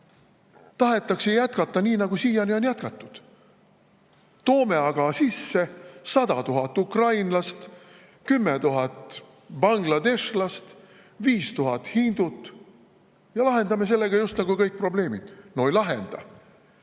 Tahetakse jätkata nii, nagu siiani on jätkatud. Toome aga sisse 100 000 ukrainlast, 10 000 bangladeshlast, 5000 hindut, ja lahendame sellega justnagu kõik probleemid. No ei lahenda.